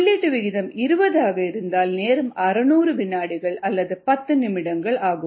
உள்ளீட்டு விகிதம் 20 ஆக இருந்தால் நேரம் 600 வினாடிகள் அல்லது 10 நிமிடங்கள் ஆகும்